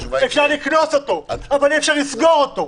אפשר לקנוס אותו אבל אי אפשר לסגור אותו.